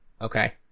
Okay